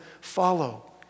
follow